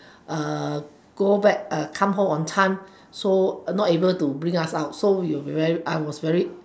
go back come home on time so not able to bring us out so we were I was very